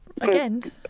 Again